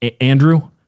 Andrew